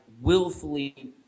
willfully